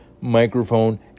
microphone